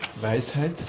Weisheit